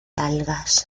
algas